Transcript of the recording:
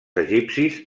egipcis